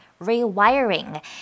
rewiring